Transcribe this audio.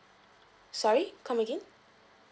sorry come again